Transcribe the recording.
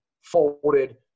folded